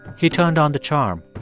he turned on the charm.